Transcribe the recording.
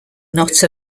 not